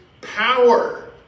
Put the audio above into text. power